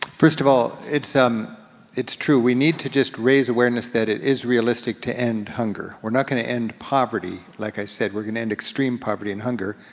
first of all, it's um it's true, we need to just raise awareness that it is realistic to end hunger. we're not gonna end poverty, like i said, we're gonna end extreme poverty and hunger.